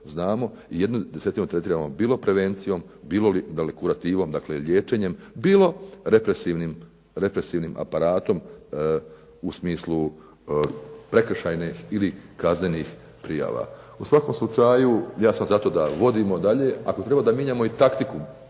znamo i jednu desetinu tretiramo bilo prevencijom, bilo kurativom dakle liječenjem, bilo represivnim aparatom u smislu prekršajnih ili kaznenih prijava. U svakom slučaju ja sam zato da vodimo dalje, ako treba da mijenjamo taktiku